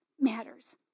matters